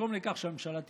לגרום לכך שהממשלה תיפול,